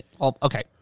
Okay